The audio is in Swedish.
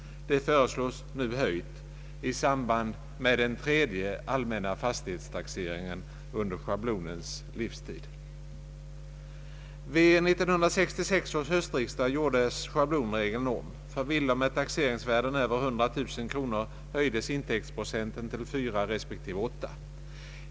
Det föreslås nu höjt — i samband med den tredje allmänna fastighetstaxeringen under den tid schablonen existerat. Vid 1966 års höstriksdag gjordes schablonregeln om. För villor med taxeringsvärden över 100 000 kronor höjdes intäktsprocenten till 4 respektive 8.